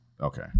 Okay